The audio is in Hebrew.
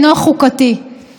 משם הכול התחיל.